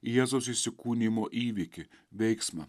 jėzaus įsikūnijimo įvykį veiksmą